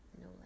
no